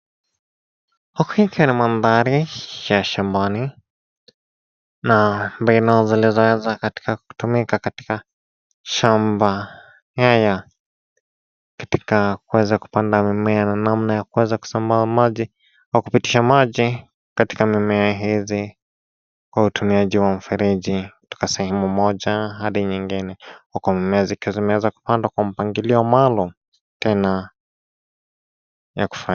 Hukike ni mandhari ya shambani na baina zilizoweza kutumika katika shamba haya katika kuweza kupanda mimea na namna ya kuweza kusambaa maji kwa kupitisha maji katika mimea hizi kwa utumiaji wa mfereji kutoka sehemu moja hadi nyingine huku mimea zikiwa zimeweza kupandwa kwa mpangilio maalum tena ya kufa.